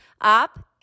Up